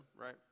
right